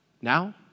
now